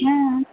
हुँ